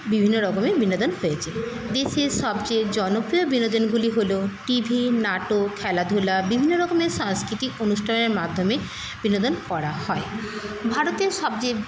বিভিন্ন রকমের বিনোদন পেয়েছে দেশের সবচেয়ে জনপ্রিয় বিনোদনগুলি হলো টিভি নাটক খেলাধুলা বিভিন্ন রকমের সাংস্কৃতিক অনুষ্ঠানের মাধ্যমে বিনোদন করা হয় ভারতের সবচেয়ে